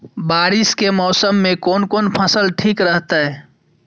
बारिश के मौसम में कोन कोन फसल ठीक रहते?